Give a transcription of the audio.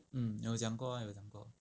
mm 有讲过有讲过